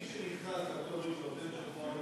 מי שנכנס לארצות-הברית,